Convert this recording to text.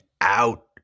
out